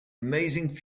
amazing